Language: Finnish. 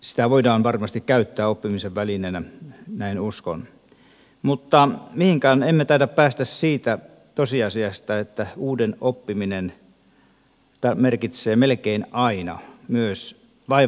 sitä voidaan varmasti käyttää oppimisen välineenä näin uskon mutta mihinkään emme taida päästä siitä tosiasiasta että uuden oppiminen merkitsee melkein aina myös vaivannäköä